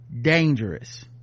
dangerous